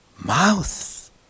mouth